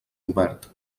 obert